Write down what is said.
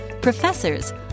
professors